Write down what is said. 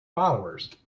followers